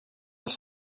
els